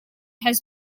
has